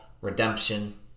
redemption